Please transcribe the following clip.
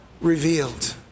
revealed